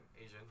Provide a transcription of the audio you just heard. Asian